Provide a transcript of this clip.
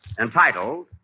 entitled